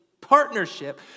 partnership